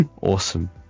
awesome